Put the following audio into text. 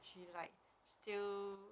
she like still